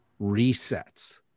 resets